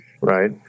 right